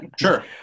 sure